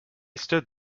stood